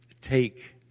take